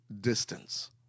distance